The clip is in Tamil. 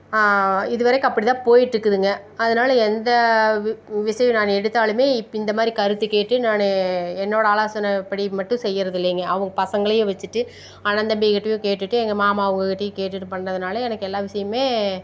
இது வரைக்கும் அப்படிதான் போய்கிட்ருக்குதுங்க அதனால எந்த விஷயம் நான் எடுத்தாலுமே இப்போ இந்த மாதிரி கருத்து கேட்டு நான் என்னோட ஆலோசனைப்படி மட்டும் செய்கிறதில்லைங்க அவங்க பசங்களையும் வச்சுட்டு அண்ணன் தம்பிகள் கிட்டேயும் கேட்டுவிட்டு எங்கள் மாமா அவங்க கிட்டேயும் கேட்டுவிட்டு பண்ணுறதுனால எனக்கு எல்லா விஷயமுமே